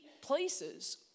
places